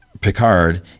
Picard